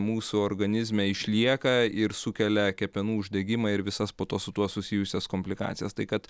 mūsų organizme išlieka ir sukelia kepenų uždegimą ir visas po to su tuo susijusias komplikacijas tai kad